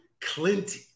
Clint